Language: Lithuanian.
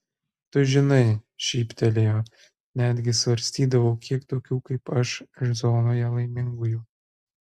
tu žinai šyptelėjo netgi svarstydavau kiek tokių kaip aš zonoje laimingųjų